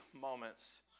moments